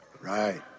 Right